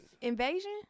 Invasion